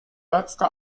letzte